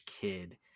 kid